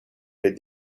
les